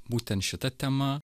būtent šita tema